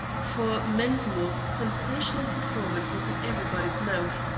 for mensmore's sensational performance was in everybody's mouth.